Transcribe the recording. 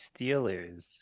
Steelers